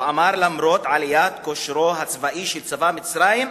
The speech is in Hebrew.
הוא אמר: למרות עליית כושרו הצבאי של צבא מצרים,